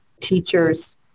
teachers